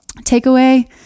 takeaway